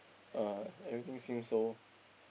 uh everything seems so